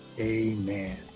amen